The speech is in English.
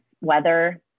weather